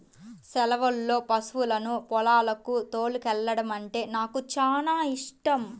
సెలవుల్లో పశువులను పొలాలకు తోలుకెల్లడమంటే నాకు చానా యిష్టం